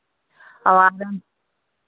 और आराम